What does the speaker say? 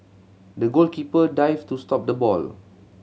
the goalkeeper dived to stop the ball